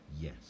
Yes